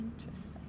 Interesting